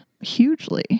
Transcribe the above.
hugely